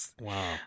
Wow